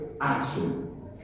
Action